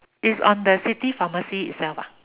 its on the city pharmacy itself ah